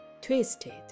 twisted